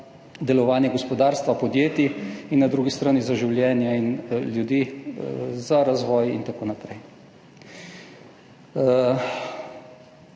delovanje gospodarstva, podjetij in na drugi strani za življenje ljudi, za razvoj in tako naprej.